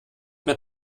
mehr